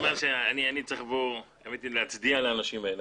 אני צריך להצדיע לאנשים האלה.